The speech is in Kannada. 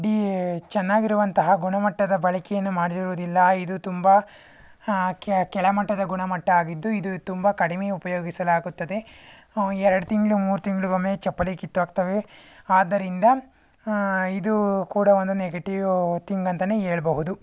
ಡಿ ಚೆನ್ನಾಗಿರುವಂತಹ ಗುಣಮಟ್ಟದ ಬಾಳಿಕೆಯನ್ನು ಮಾಡಿರುವುದಿಲ್ಲ ಇದು ತುಂಬ ಕೆಳಮಟ್ಟದ ಗುಣಮಟ್ಟ ಆಗಿದ್ದು ಇದು ತುಂಬ ಕಡಿಮೆ ಉಪಯೋಗಿಸಲಾಗುತ್ತದೆ ಎರಡು ತಿಂಗಳು ಮೂರು ತಿಂಗ್ಳಿಗೊಮ್ಮೆ ಚಪ್ಪಲಿ ಕಿತ್ತೋಗ್ತವೆ ಆದ್ದರಿಂದ ಇದು ಕೂಡ ಒಂದು ನೆಗೆಟಿವ್ ಥಿಂಗ್ ಅಂತಾನೇ ಹೇಳ್ಬೌದು